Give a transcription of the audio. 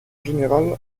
général